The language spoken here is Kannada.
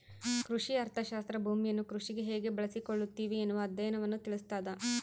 ಕೃಷಿ ಅರ್ಥಶಾಸ್ತ್ರ ಭೂಮಿಯನ್ನು ಕೃಷಿಗೆ ಹೇಗೆ ಬಳಸಿಕೊಳ್ಳುತ್ತಿವಿ ಎನ್ನುವ ಅಧ್ಯಯನವನ್ನು ತಿಳಿಸ್ತಾದ